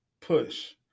push